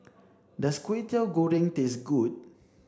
does Kwetiau Goreng taste good